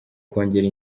kongera